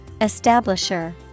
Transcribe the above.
Establisher